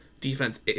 defense